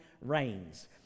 reigns